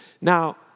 Now